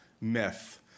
myth